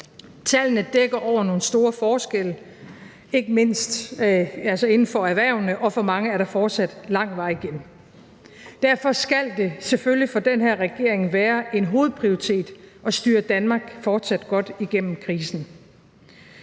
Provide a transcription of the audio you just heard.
Tallene dækker over nogle store forskelle, ikke mindst inde for erhvervene, og for mange er der fortsat lang vej igen. Derfor skal det selvfølgelig for den her regering være en hovedprioritet at styre Danmark fortsat godt igennem krisen.